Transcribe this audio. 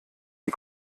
die